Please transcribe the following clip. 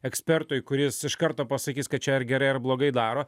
ekspertui kuris iš karto pasakys kad čia ar gerai ar blogai daro